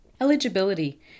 eligibility